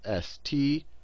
st